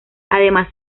además